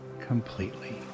completely